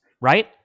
right